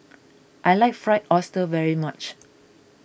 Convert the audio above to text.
I like Fried Oyster very much